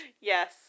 Yes